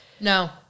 No